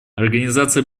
организация